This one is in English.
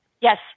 yes